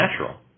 natural